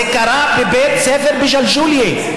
זה קרה בבית ספר בג'לג'וליה.